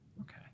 Okay